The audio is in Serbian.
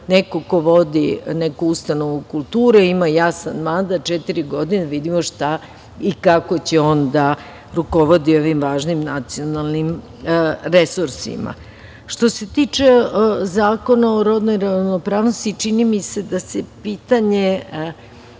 neko ko vodi neku ustanovu kulture ima jasan mandat četiri godine, da vidimo šta i kako će on da rukovodi ovim važnim nacionalnim resursima. Što se tiče Zakona o rodnoj ravnopravnosti, čini mi se da se jezičko